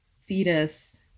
fetus